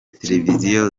televiziyo